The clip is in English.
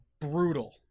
Brutal